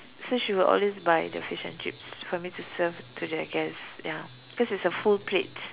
so she will always buy the fish and chips for me to serve to the guest ya because it's a full plate